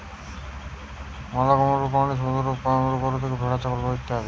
ম্যালা রকমের প্রাণিসম্পদ মাইরা পাইতেছি গরু থেকে, ভ্যাড়া থেকে, ছাগল ইত্যাদি